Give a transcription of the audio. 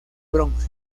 bronce